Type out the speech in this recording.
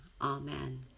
Amen